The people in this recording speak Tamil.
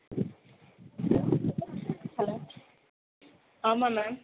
ஹலோ ஆமாம் மேம்